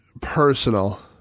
personal